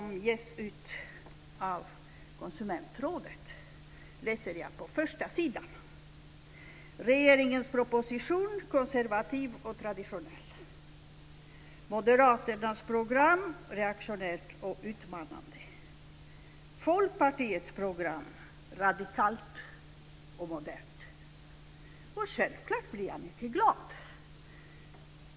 Konsumentrådet läser jag på första sidan: Moderaternas program - reaktionärt och utmanande. Självklart blir jag mycket glad.